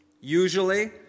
Usually